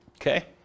Okay